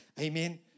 Amen